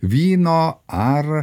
vyno ar